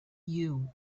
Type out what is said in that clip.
you